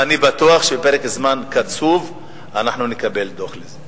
ואני בטוח שבפרק זמן קצוב אנחנו נקבל דוח על זה.